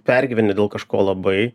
pergyveni dėl kažko labai